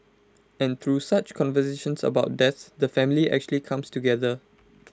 and through such conversations about death the family actually comes together